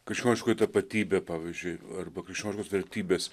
krikščioniškoji tapatybė pavyzdžiui arba krikščioniškos vertybės